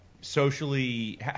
socially